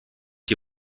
die